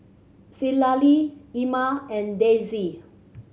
Citlalli Irma and Dessie